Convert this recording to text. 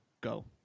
go